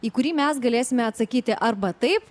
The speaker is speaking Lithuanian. į kurį mes galėsime atsakyti arba taip